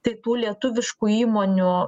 tai tų lietuviškų įmonių